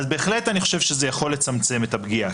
כן, אני בהחלט חושב שזה יכול לצמצם את הפגיעה.